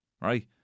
Right